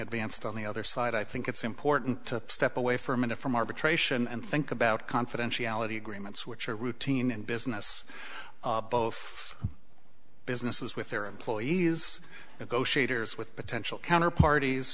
advanced on the other side i think it's important to step away for a minute from arbitration and think about confidentiality agreements which are routine in business both businesses with their employees go shaders with potential counter parties